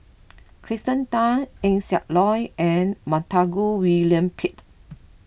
Kirsten Tan Eng Siak Loy and Montague William Pett